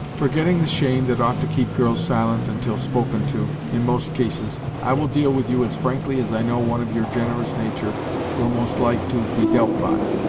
forgetting the shame that ought to keep girls silent until spoken to, in most cases, i will deal with you as frankly as i know one of your generous nature will most like to be dealt by.